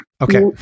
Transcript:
Okay